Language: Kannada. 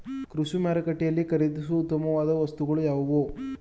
ಕೃಷಿ ಮಾರುಕಟ್ಟೆಯಲ್ಲಿ ಖರೀದಿಸುವ ಉತ್ತಮವಾದ ವಸ್ತುಗಳು ಯಾವುವು?